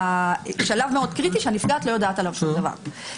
זה שלב קריטי מאוד שהנפגעת לא יודעת עליו שום דבר.